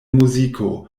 muziko